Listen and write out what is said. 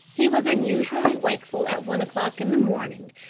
he was unusually wakeful at one o'clock in the morning,